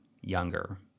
younger